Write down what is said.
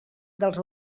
dels